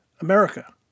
America